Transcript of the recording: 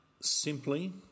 Simply